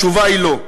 התשובה היא לא.